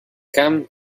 come